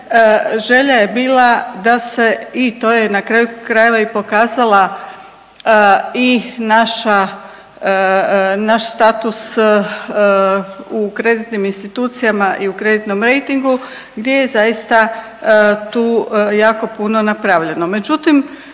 želja je bila da se i to je na kraju krajeva i pokazala i naš status u kreditnim institucijama i u kreditnom rejtingu gdje je zaista tu jako puno napravljeno.